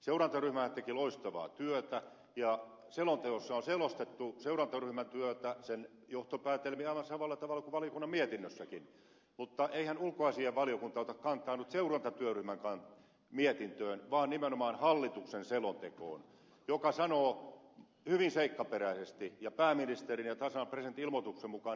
seurantaryhmähän teki loistavaa työtä ja selonteossa on selostettu seurantaryhmän työtä sen johtopäätelmiä aivan samalla tavalla kuin valiokunnan mietinnössäkin mutta eihän ulkoasiainvaliokunta ota kantaa nyt seurantatyöryhmän mie tintöön vaan nimenomaan hallituksen selontekoon joka sanoo hyvin seikkaperäisesti ja pääministerin ja tasavallan presidentin ilmoituksen mukaan että linja ei muutu